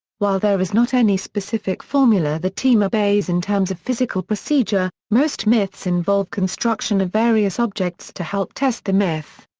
while there is not any specific formula the team obeys in terms of physical procedure, most myths involve construction of various objects to help test the myth.